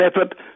effort